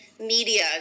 media